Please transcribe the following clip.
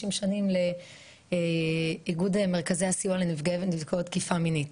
שנים לאיגוד מרכזי הסיוע לנפגעי ונפגעות תקיפה מינית,